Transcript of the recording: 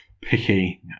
picky